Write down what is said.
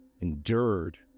endured